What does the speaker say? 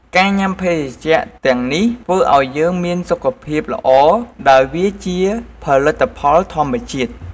ការញុាំភេសជ្ជៈទាំងនេះ ធ្វើឱ្យយើងមានសុខភាពល្អដោយវាជាផលិតផលធម្មជាតិ។